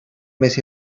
més